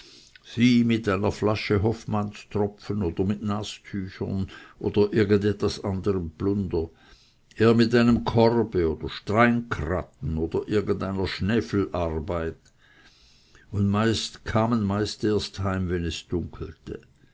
mit einer flasche hofmannstropfen oder mit nastüchern oder mit irgend etwas anderem plunder er mit einem korbe oder steinkratten oder irgendeiner schnefelarbeit und kamen meist erst heim wenn es dunkelte